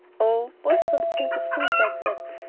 oh, boys don't think of things like that.